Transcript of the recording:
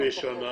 זה רשום בהמשך.